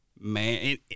man